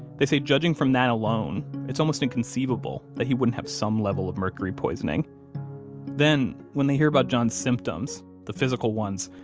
they say judging from that alone, it's almost inconceivable that he wouldn't have some level of mercury poisoning then when they hear about john's symptoms, the physical ones,